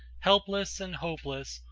helpless and hopeless,